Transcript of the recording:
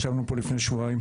ישבנו פה לפני שבוע